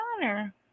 honor